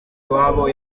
iwabo